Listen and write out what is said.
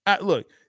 Look